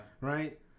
Right